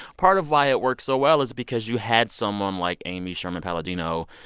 part of why it works so well is because you had someone like amy sherman-palladino.